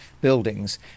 buildings